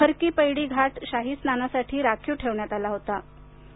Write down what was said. हर की पैडी घाट शाही स्नानासाठी राखीव ठेवण्यात आलं होतं